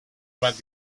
más